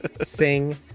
sing